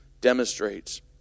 demonstrates